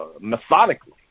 Methodically